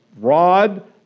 rod